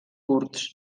curts